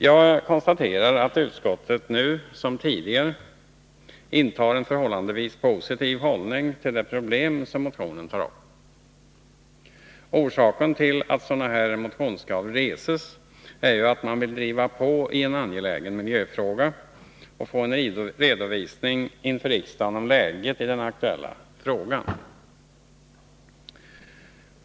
Jag konstaterar att utskottet, nu som tidigare, intar en förhållandevis positiv hållning till de problem som motionen tar upp. Orsaken till att sådana här motionskrav reses är ju att man vill driva på i en angelägen miljöfråga och få en redovisning inför riksdagen av läget i den aktuella frågan.